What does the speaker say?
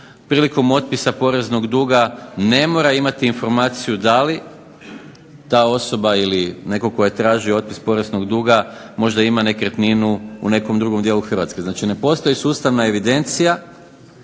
prilikom otpisa poreznog duga ne mora imati informaciju da li ta osoba ili netko tko je tražio otpis poreznog duga možda ima nekretninu u nekom drugom dijelu Hrvatske. Znači, ne postoji sustavna evidencija